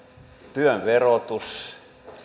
työn verotus